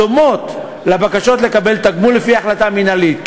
הדומות לבקשות לקבל תגמול לפי החלטה מינהלית,